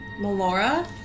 Melora